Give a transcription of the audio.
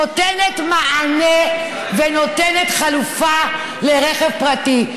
נותנת מענה ונותנת חלופה לרכב פרטי.